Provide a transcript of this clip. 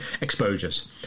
exposures